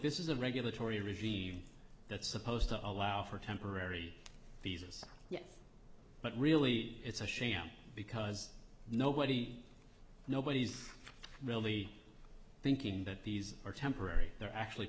this is a regulatory regime that's supposed to allow for temporary visas but really it's a sham because nobody nobody's really thinking that these are temporary they're actually